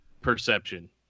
perception